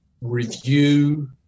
review